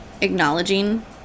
acknowledging